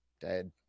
dead